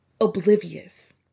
oblivious